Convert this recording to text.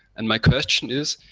and my question is,